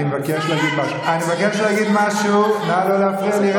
אני מבקש להגיד משהו, נא לא להפריע לי.